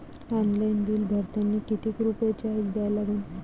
Online bill भरतानी कितीक रुपये चार्ज द्या लागन?